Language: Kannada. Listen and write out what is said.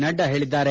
ನಡ್ಡಾ ಹೇಳದ್ದಾರೆ